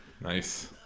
Nice